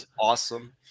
awesome